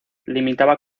limitaba